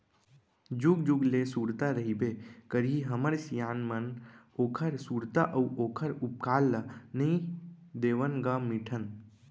जुग जुग ले सुरता रहिबे करही हमर सियान मन के ओखर सुरता अउ ओखर उपकार ल नइ देवन ग मिटन